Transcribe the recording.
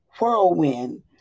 whirlwind